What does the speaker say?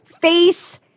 Face